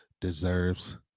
deserves